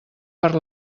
per